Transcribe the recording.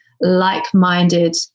like-minded